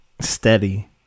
steady